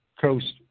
Coast